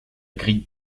grille